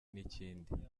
n’ikindi